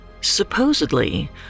Supposedly